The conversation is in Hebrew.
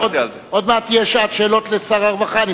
עוד מעט תהיה שעת שאלות לשר הרווחה.